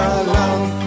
alone